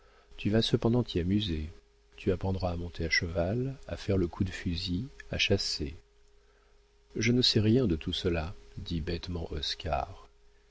tu vas cependant t'y amuser tu apprendras à monter à cheval à faire le coup de fusil à chasser je ne sais rien de tout cela dit bêtement